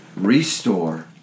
restore